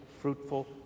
fruitful